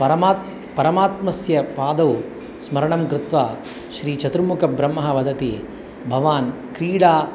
परमात्म परमात्मनः पादौ स्मरणं कृत्वा श्रीचतुर्मुखब्रह्म वदति भवान् क्रीडा